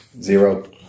zero